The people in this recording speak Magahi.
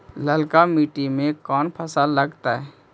ललका मट्टी में कोन फ़सल लगतै?